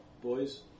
boys